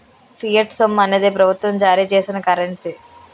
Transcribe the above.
fiat సొమ్ము అనేది ప్రభుత్వం జారీ చేసిన కరెన్సీ